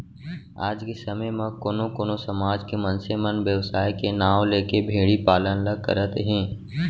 आज के समे म कोनो कोनो समाज के मनसे मन बेवसाय के नांव लेके भेड़ी पालन ल करत हें